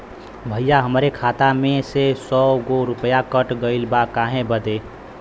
भईया हमरे खाता मे से सौ गो रूपया कट गइल बा काहे बदे?